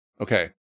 Okay